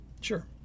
sure